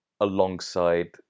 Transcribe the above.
alongside